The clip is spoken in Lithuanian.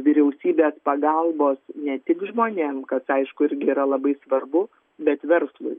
vyriausybės pagalbos ne tik žmonėm kas aišku irgi yra labai svarbu bet verslui